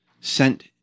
sent